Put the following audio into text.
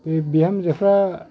बे बिहामजोफ्रा